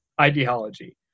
ideology